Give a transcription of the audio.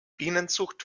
bienenzucht